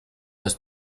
los